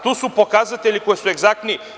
Tu su pokazatelji koji su egzaktni.